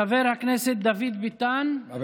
חבר הכנסת דוד ביטן, אינו נוכח.